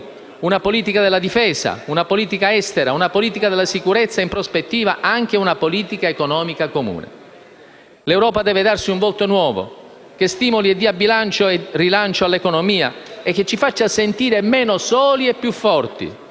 una politica della difesa, una politica estera, una politica delle sicurezza e, in prospettiva, anche una politica economica comune. L'Europa deve darsi un volto nuovo, che stimoli e dia rilancio all'economia e che ci faccia sentire meno soli e più forti.